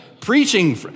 Preaching